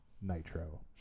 Nitro